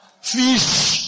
Fish